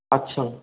আচ্ছা